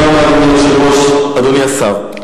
תודה רבה, אדוני היושב-ראש, אדוני השר.